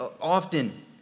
often